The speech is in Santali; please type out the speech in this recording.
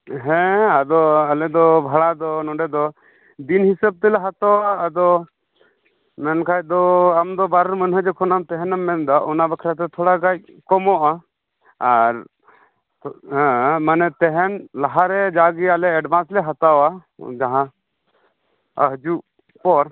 ᱦᱮᱸ ᱟᱫᱚ ᱟᱞᱮ ᱫᱚ ᱵᱷᱟᱲᱟ ᱫᱚ ᱱᱚᱰᱮ ᱫᱚ ᱫᱤᱱ ᱦᱤᱥᱟᱹᱵᱽ ᱛᱮᱞᱮ ᱦᱟᱛᱟᱣᱟ ᱟᱫᱚ ᱢᱮᱱᱠᱷᱟᱱ ᱫᱚ ᱟᱢ ᱫᱚ ᱵᱟᱨ ᱢᱟᱹᱱᱦᱟᱹ ᱡᱚᱠᱷᱚᱱᱮᱢ ᱛᱟᱦᱮᱱᱮᱢ ᱢᱮᱱᱮᱫᱟ ᱚᱱᱟ ᱵᱟᱠᱷᱟᱨᱟ ᱛᱮ ᱛᱷᱚᱲᱟ ᱜᱟᱱ ᱠᱚᱢᱚᱜᱼᱟ ᱟᱨ ᱦᱮᱸ ᱢᱟᱱᱮ ᱛᱟᱦᱮᱱ ᱞᱟᱦᱟᱨᱮ ᱡᱟᱜᱮ ᱟᱞᱮ ᱮᱰᱵᱷᱟᱱᱥ ᱞᱮ ᱦᱟᱛᱟᱣᱟ ᱡᱟᱦᱟᱸ ᱦᱤᱡᱩᱜ ᱯᱚᱨ